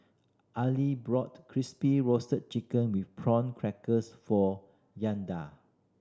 Aili brought Crispy Roasted Chicken with Prawn Crackers for Yandel